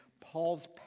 Paul's